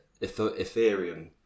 ethereum